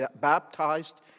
baptized